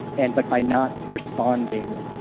and but by not responding,